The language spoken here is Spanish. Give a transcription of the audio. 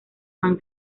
van